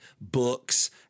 books